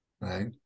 right